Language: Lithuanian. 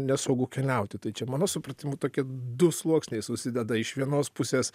nesaugu keliauti tai čia mano supratimu tokie du sluoksniai susideda iš vienos pusės